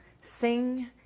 sing